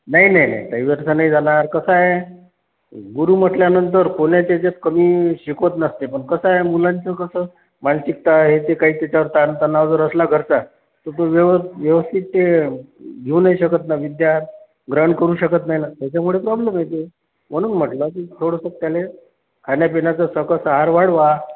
नाही नाही नाही काही व्यर्थ नाही जाणार कसं आहे गुरु म्हटल्यानंतर कोणाच्या याच्यात कमी शिकवत नसते पण कसं आहे मुलांचं कसं मानसिकता येथे काही त्याच्यात ताणतणाव जर असला घरचा तर व्यव व्यवस्थित ते घेऊ नाही शकत न विद्या ग्रहण करू शकत नाही ना त्याच्यामुळं प्रॉब्लेम येते म्हणून म्हटलं की थोडंसं त्याला खाण्यापिण्याचं सकस आहार वाढवा